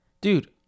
dude